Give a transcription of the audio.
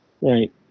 Right